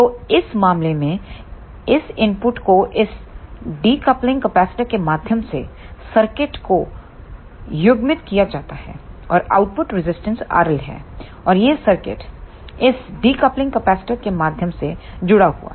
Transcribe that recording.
तो इस मामले में इस इनपुट को इस डिकूप्लिंग कैपेसिटर के माध्यम से सर्किट को युग्मित किया जाता है और आउटपुट रेजिस्टेंस RL है और यह सर्किट इस डीकपलिंग कैपेसिटर के माध्यम से जुड़ा हुआ है